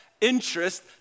interest